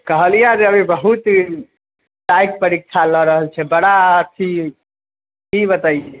कहलिए जे अभी बहुत ही टाइट परीक्षा लऽ रहल छै बड़ा अथी कि बतैए